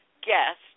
guest